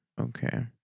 Okay